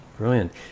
Brilliant